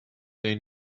they